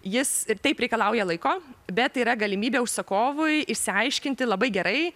jis ir taip reikalauja laiko bet yra galimybė užsakovui išsiaiškinti labai gerai